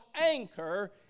anchor